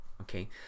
Okay